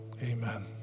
amen